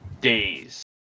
days